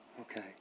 okay